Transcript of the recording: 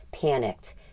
panicked